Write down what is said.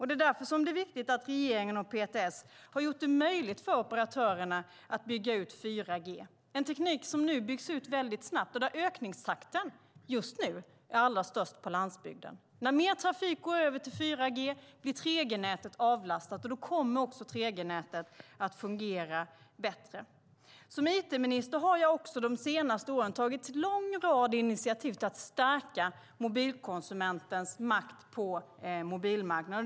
Det är därför som det är viktigt att regeringen och PTS har gjort det möjligt för operatörerna att bygga ut 4G, en teknik som nu byggs ut väldigt snabbt och där ökningstakten just nu är allra högst på landsbygden. När mer trafik går över till 4G blir 3G-nätet avlastat, och då kommer 3G-nätet att fungera bättre. Som it-minister har jag de senaste åren tagit en lång rad initiativ för att stärka mobilkonsumentens makt på mobilmarknaden.